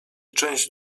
część